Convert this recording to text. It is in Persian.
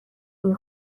این